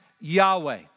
Yahweh